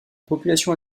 population